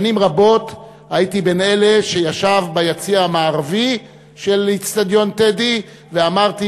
שנים רבות הייתי בין אלה שישבו ביציע המערבי של איצטדיון "טדי" ואמרתי: